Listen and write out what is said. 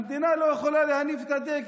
המדינה לא יכולה להניף את הדגל.